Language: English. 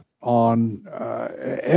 on